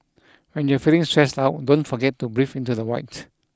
when you are feeling stressed out don't forget to breathe into the void